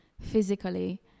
physically